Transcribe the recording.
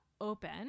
open